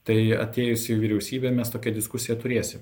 tai atėjus į vyriausybę mes tokia diskusija turėsim